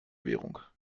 währung